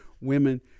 women